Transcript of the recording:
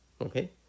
Okay